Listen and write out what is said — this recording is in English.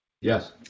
Yes